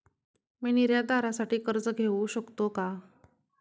मी निर्यातदारासाठी कर्ज घेऊ शकतो का?